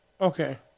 Okay